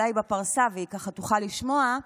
אולי היא בפרסה והיא תוכל לשמוע,